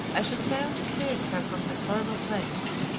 i should fail to spirit her from this horrible place.